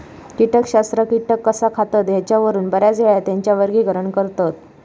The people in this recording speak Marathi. कीटकशास्त्रज्ञ कीटक कसा खातत ह्येच्यावरून बऱ्याचयेळा त्येंचा वर्गीकरण करतत